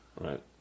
Right